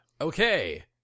Okay